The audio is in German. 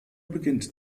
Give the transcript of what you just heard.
beginnt